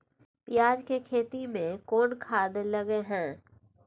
पियाज के खेती में कोन खाद लगे हैं?